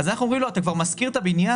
אנחנו אומרים לו שאתה כבר משכיר את הבניין,